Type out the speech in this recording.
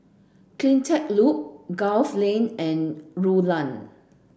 CleanTech Loop Gul Lane and Rulang